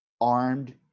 armed